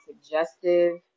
suggestive